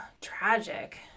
tragic